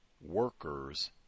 Workers